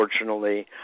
unfortunately